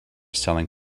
selling